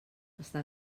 està